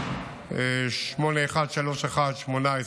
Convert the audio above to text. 8131/18,